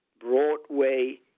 Broadway